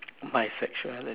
my sexuality